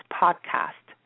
podcast